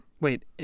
Wait